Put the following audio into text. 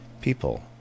people